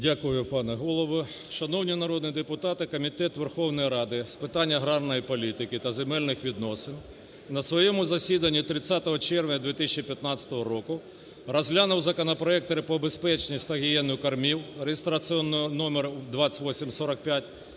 Дякую, пане Голово. Шановні народні депутати, Комітет Верховної Ради з питань аграрної політики та земельних відносин на своєму засіданні 30 червня 2015 року розглянув законопроект про безпечність та гігієну кормів (реєстраційний номер 2845)